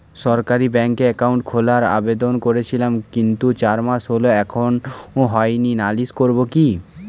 সরকারি ব্যাংকে একাউন্ট খোলার আবেদন করেছিলাম কিন্তু চার মাস হল এখনো হয়নি নালিশ করব কি?